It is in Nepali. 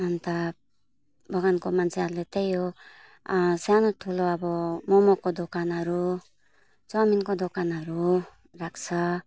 अन्त बगानको मान्छेहरूले त्यही हो सानोठुलो अब मोमोको दोकानहरू चाउमिनको दोकानहरू राख्छ